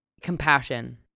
Compassion